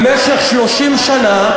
במשך 30 שנה,